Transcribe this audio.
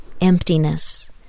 emptiness